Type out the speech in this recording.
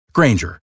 Granger